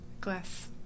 glass